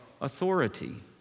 authority